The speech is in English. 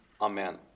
Amen